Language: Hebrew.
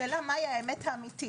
השאלה מה האמת האמיתית.